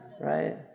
Right